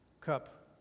cup